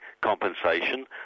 compensation